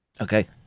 Okay